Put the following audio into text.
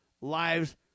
lives